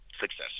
success